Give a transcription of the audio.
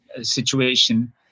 situation